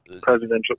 Presidential